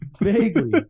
vaguely